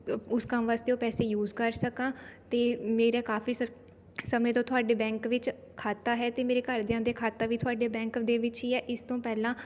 ਉਸ ਕੰਮ ਵਾਸਤੇ ਉਹ ਪੈਸੇ ਯੂਜ਼ ਕਰ ਸਕਾਂ ਅਤੇ ਮੇਰਾ ਕਾਫ਼ੀ ਸ ਸਮੇਂ ਤੋਂ ਤੁਹਾਡੇ ਬੈਂਕ ਵਿੱਚ ਖਾਤਾ ਹੈ ਅਤੇ ਮੇਰੇ ਘਰਦਿਆਂ ਦੇ ਖਾਤਾ ਵੀ ਤੁਹਾਡੇ ਬੈਂਕ ਦੇ ਵਿੱਚ ਹੀ ਹੈ ਇਸ ਤੋਂ ਪਹਿਲਾਂ